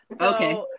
Okay